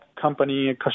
company